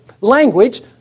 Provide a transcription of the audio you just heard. language